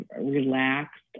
relaxed